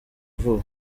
vuba